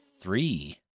three